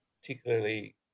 particularly